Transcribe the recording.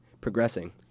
progressing